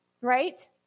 Right